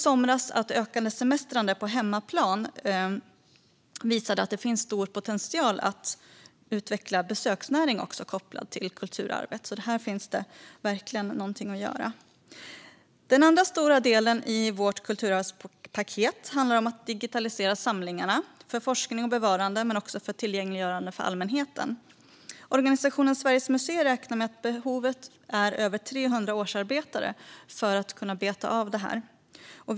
Det ökade semestrandet på hemmaplan i somras visade att det finns stor potential att utveckla besöksnäringen kopplat till kulturarvet. Här finns det verkligen någonting att göra. Den andra stora delen i vårt kulturarvspaket handlar om att digitalisera samlingarna för forskning och bevarande men också för tillgängliggörande för allmänheten. Organisationen Sveriges museer räknar med att behovet är över 300 årsarbetare för att kunna beta av digitaliseringen.